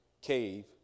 cave